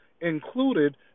included